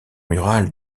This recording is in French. murales